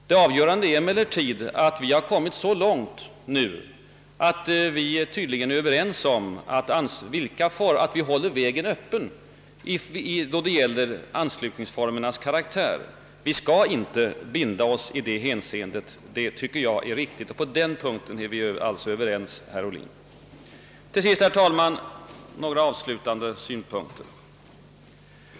Det avgörande är emellertid att vi nu har kommit så långt att vi tydligen är överens om att hålla vägen öppen, då det gäller anslutningsformernas karaktär. Vi skall icke binda oss i dettä hänseende; det tycker jag är riktigt, och på den punkten är vi alltså ense, herr Ohlin. Till sist, herr talman, några avslutande synpunkter!